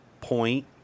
point